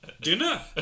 dinner